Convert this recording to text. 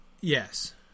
Yes